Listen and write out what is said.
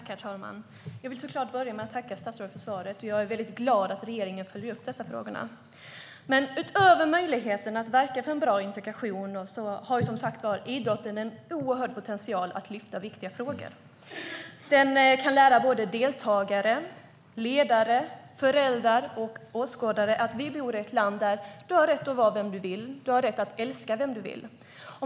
Herr talman! Jag vill börja med att tacka statsrådet för svaret. Jag är väldigt glad över att regeringen följer upp dessa frågor. Men utöver möjligheten att verka för en bra integration har idrotten, som sagt, en oerhörd potential att lyfta viktiga frågor. Idrotten kan lära deltagare, ledare, föräldrar och åskådare att vi bor i ett land där man har rätt att vara vem man vill och älska den man vill.